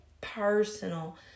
personal